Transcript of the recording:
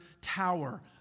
tower